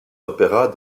opéras